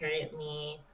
currently